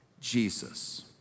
Jesus